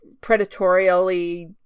predatorially